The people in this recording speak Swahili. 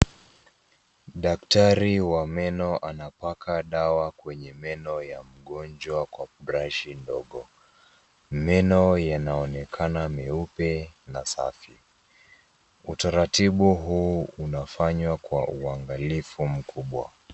Daktari wa meno anapaka daa kwenye meno ya mgonjwa kwa brashi ndogo. Meno yanaonekana nyeupe na safi. Utaratibu huu unafanywa kwa uangalifu mkubwa.